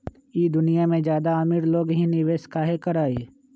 ई दुनिया में ज्यादा अमीर लोग ही निवेस काहे करई?